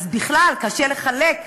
שאז בכלל קשה לחלק,